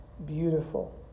Beautiful